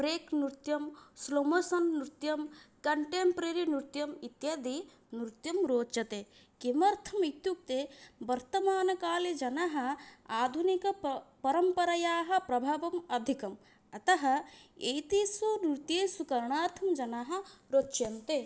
ब्रेक्नृर्त्यं स्लोमोसन्नृत्यं कन्टेम्प्रररिनृर्त्यम् इत्यादिनृर्त्यं रोचते किमर्थम् इत्युक्ते वर्तमानकाले जनाः आधुनिक प परम्परयाः प्रभावम् अधिकम् अतः एतेषु नृत्येषु करणार्थं जनाः रोचन्ते